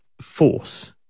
force